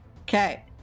Okay